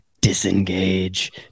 disengage